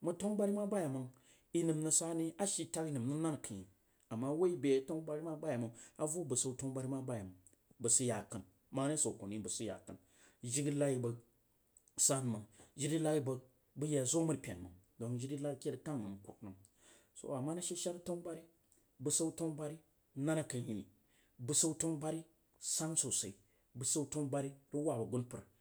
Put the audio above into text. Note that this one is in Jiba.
mang tanuburi ma bayiamns inam rag sa ne? A shi taghi nam rag nan akidain hini ama woi be a tanubari ma bam avo bəsau tanabari ma yei mang bəg siga a yekəm more swo koh ti bəgsiga a yakan tiri laghi nag san mang jiri laghi bag baiyi zo madri pen məng dong jiri laghi ke vag so, amma sha sha tanu bari bəsasu tanubari nan a kanhini bəsau tanubari san sosai besan tenu bari məg wab asumpar.